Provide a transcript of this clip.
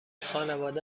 خانواده